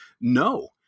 no